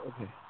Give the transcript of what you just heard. Okay